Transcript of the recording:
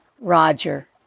Roger